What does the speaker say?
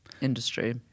industry